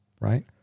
right